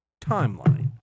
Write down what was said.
timeline